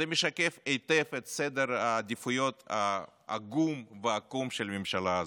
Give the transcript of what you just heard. זה משקף היטב את סדר העדיפויות העגום והעקום של הממשלה הזאת.